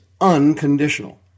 unconditional